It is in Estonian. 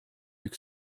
üks